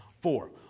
four